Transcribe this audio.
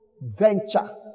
venture